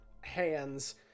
hands